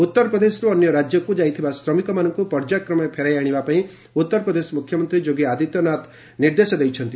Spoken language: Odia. ଉତ୍ତର ପ୍ରଦେଶରୁ ଅନ୍ୟ ରାଜ୍ୟକୁ ଯାଇଥିବା ଶ୍ରମିକମାନଙ୍କୁ ପର୍ଯ୍ୟାୟକ୍ରମେ ଫେରାଇ ଆଶିବାପାଇଁ ଉତ୍ତର ପ୍ରଦେଶ ମୁଖ୍ୟମନ୍ତ୍ରୀ ଯୋଗୀ ଆଦିତ୍ୟନାଥ ନିର୍ଦ୍ଦେଶ ଦେଇଛନ୍ତି